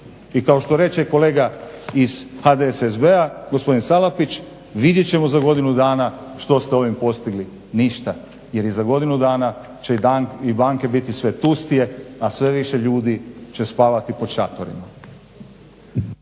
I kao što reče kolega iz HDSSB-a gospodin Salapić, vidjet ćemo za godinu dana što ste ovim postigli. Ništa jer i za godinu dana će banke biti sve tustije, a sve više ljudi će spavati pod šatorima.